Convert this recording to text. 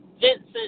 Vincent